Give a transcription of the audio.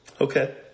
Okay